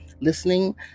listening